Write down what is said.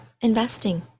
investing